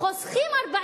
חוסכים 40